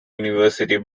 university